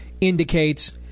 indicates